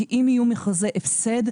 אם יהיו מכרזי הפסד,